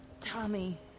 Tommy